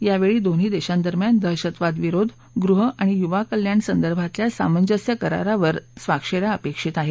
यावेळी दोन्ही देशांदरम्यान दहशतवाद विरोध गृह आणि युवा कल्याणासंदर्भातल्या सामंजस्य करारावर यावेळी स्वाक्षऱ्या अपेक्षित आहेत